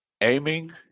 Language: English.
aiming